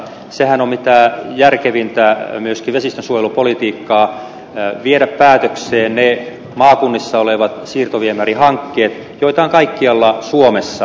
sehän on myöskin mitä järkevintä vesistönsuojelupolitiikkaa viedä päätökseen ne maakunnissa olevat siirtoviemärihankkeet joita on kaikkialla suomessa